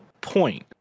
point